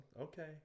Okay